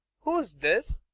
who's this?